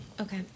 Okay